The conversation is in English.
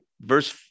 Verse